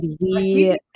we-